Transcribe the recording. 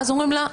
ואז אומרים לה: